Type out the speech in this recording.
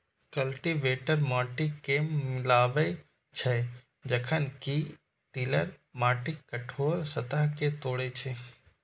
cultivator माटि कें मिलाबै छै, जखन कि टिलर माटिक कठोर सतह कें तोड़ै छै